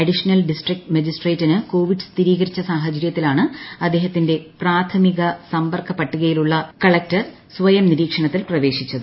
additional district മജിസ്ട്രേറ്റിന് Covid സ്ഥിരീകരിച്ച സാഹചരൃത്തിലാണ് അദ്ദേഹത്തിന്റെ പ്രാഥമിക സമ്പർക്ക പട്ടികയിലുള്ള കളക്ടർ സ്വയം നിരീക്ഷണത്തിൽ പ്രവേശിച്ചത്